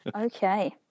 Okay